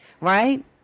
Right